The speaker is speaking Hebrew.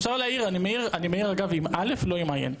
אפשר להאיר, אני מאיר, אגב עם אל"ף, לא עם עי"ן.